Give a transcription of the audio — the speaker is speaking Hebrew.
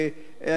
אני מניח,